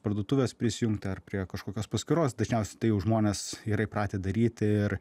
parduotuvės prisijungt ar prie kažkokios paskyros dažniausiai tai žmonės yra įpratę daryti ir